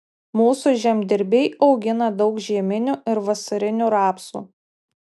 mūsų žemdirbiai augina daug žieminių ir vasarinių rapsų